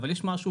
אבל יש משהו